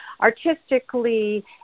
artistically